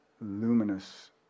luminous